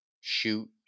shoot